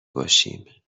باشیم